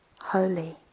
holy